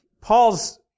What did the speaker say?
Paul's